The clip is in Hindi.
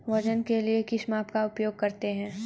वजन के लिए किस माप का उपयोग करते हैं?